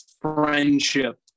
friendship